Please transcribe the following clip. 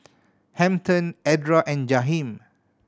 Hampton Edra and Jaheem